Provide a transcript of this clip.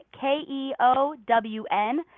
K-E-O-W-N